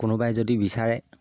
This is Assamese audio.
কোনোবাই যদি বিচাৰে